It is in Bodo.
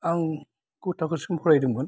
आं गु थाखोसिम फरायदोंमोन